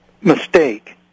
mistake